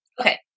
Okay